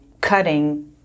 cutting